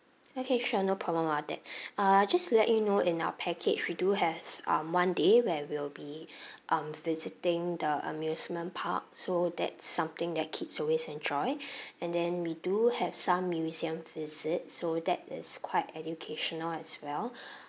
okay sure no problem about that uh just to let you know in our package we do have um one day where we'll be um visiting the amusement park so that something that kids always enjoy and then we do have some museum visit so that is quite educational as well